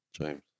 James